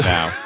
Now